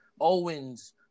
owens